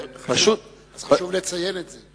חשוב לציין את זה.